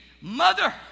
mother